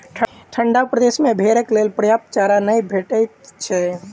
ठंढा प्रदेश मे भेंड़क लेल पर्याप्त चारा नै भेटैत छै